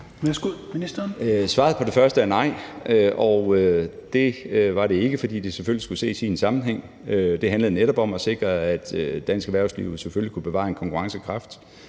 Svaret på det første er nej. Nej, det var det ikke, fordi det selvfølgelig skulle ses i en sammenhæng. Det handlede netop om at sikre, at dansk erhvervsliv selvfølgelig kunne bevare en konkurrencekraft,